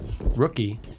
Rookie